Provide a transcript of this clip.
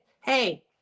hey